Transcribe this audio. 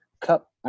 cup